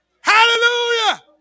Hallelujah